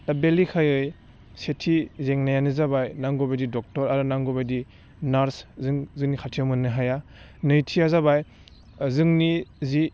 दा बे लेखायै सेथि जेंनायानो जाबाय नांगौबायदि डक्टर आरो नांगौबायदि नार्स जों जोंनि खाथियाव मोननो हाया नैथिया जाबाय जोंनि जि